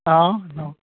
दा